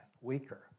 weaker